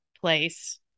place